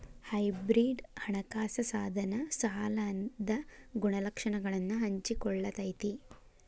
hybrid ಹಣಕಾಸ ಸಾಧನ ಸಾಲದ ಗುಣಲಕ್ಷಣಗಳನ್ನ ಹಂಚಿಕೊಳ್ಳತೈತಿ